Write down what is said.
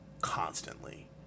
constantly